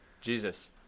Jesus